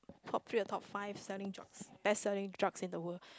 top three or top five selling drugs best selling drugs in the world